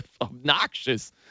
obnoxious